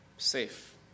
safe